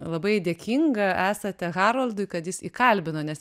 labai dėkinga esate haroldui kad jis įkalbino nes